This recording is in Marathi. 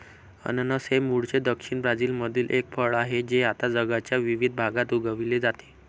अननस हे मूळचे दक्षिण ब्राझीलमधील एक फळ आहे जे आता जगाच्या विविध भागात उगविले जाते